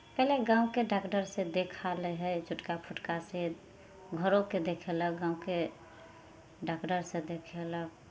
पहिले गाँवके डाकडरसँ देखा लै हइ छोटका फुटकासँ घरोके देखैलक गाँवके डाकडरसँ देखैलक